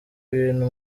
ibintu